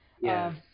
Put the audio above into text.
Yes